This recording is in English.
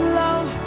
love